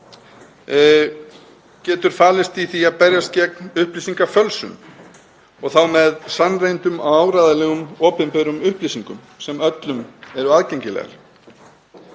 getur falist í því að berjast gegn upplýsingafölsun og þá með sannreyndum og áreiðanlegum opinberum upplýsingum sem öllum eru aðgengilegar.